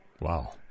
Wow